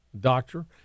doctor